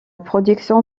production